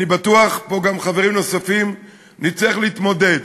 אני בטוח, גם חברים נוספים פה, נצטרך להתמודד.